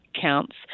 counts